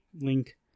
Link